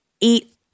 eat